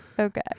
Okay